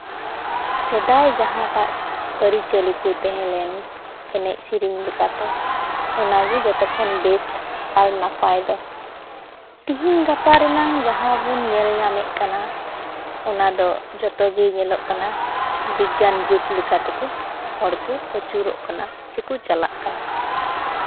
ᱥᱮᱫᱟᱭ ᱡᱟᱦᱟᱴᱟᱜ ᱟᱹᱨᱤᱪᱟᱹᱞᱤ ᱠᱚ ᱛᱟᱦᱮᱸ ᱞᱮᱱ ᱮᱱᱮᱡ ᱥᱮᱨᱮᱧ ᱞᱮᱠᱟᱛᱮ ᱚᱱᱟᱜᱮ ᱡᱚᱛᱚ ᱠᱷᱚᱱ ᱵᱮᱥᱴ ᱟᱨ ᱱᱟᱯᱟᱭ ᱫᱚ ᱛᱮᱦᱮᱧ ᱜᱟᱯᱟ ᱨᱮᱱᱟᱜ ᱡᱟᱦᱟᱸ ᱵᱚᱱ ᱧᱮᱞ ᱧᱟᱢᱮᱫ ᱠᱟᱱᱟ ᱚᱱᱟᱫᱚ ᱡᱚᱛᱚᱜᱮ ᱧᱮᱞᱚᱜ ᱠᱟᱱᱟ ᱵᱤᱜᱽᱜᱟᱱ ᱡᱩᱜᱽ ᱞᱮᱠᱟ ᱛᱮᱠᱚ ᱦᱚᱲᱠᱚ ᱟᱹᱪᱩᱨᱚᱜ ᱠᱟᱱᱟ ᱥᱮᱠᱚ ᱪᱟᱞᱟᱜ ᱠᱟᱱᱟ